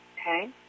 Okay